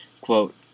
Quote